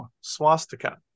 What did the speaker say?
swastika